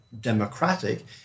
democratic